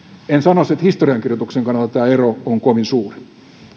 en sanoisi että historiankirjoituksen kannalta tämä ero on kovin suuri